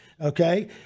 Okay